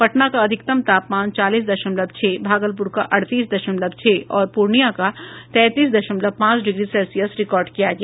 पटना का अधिकतम तापमान चालीस दशमलव छह भागलपुर का अड़तीस दशमलव छह और पूर्णियां का तैंतीस दशमलव पांच डिग्री सेल्सियस रिकॉर्ड किया गया